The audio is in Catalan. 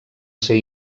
ser